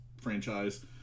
franchise